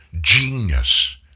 genius